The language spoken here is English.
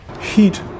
Heat